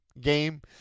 game